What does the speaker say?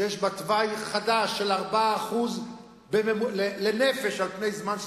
שיש בה תוואי חדש של 4% לנפש על פני זמן,